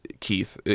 keith